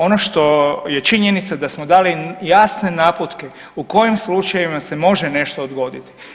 Ono što je činjenica da smo dali jasne naputke u kojim slučajevima se može nešto odgoditi.